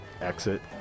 exit